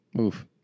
Oof